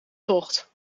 tocht